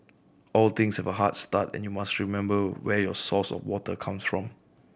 all things about a hard start and you must remember where your source of water comes from